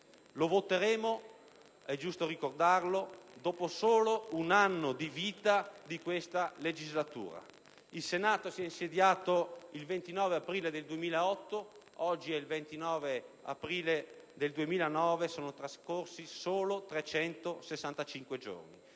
Lo voteremo, è giusto ricordarlo, dopo solo un anno di vita di questa legislatura. Il Senato si è insediato il 29 aprile del 2008, oggi è il 29 aprile del 2009: sono trascorsi solo 365 giorni,